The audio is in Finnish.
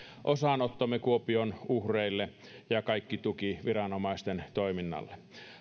osanottomme kuopion uhreille ja kaikki tuki viranomaisten toiminnalle